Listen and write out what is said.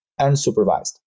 unsupervised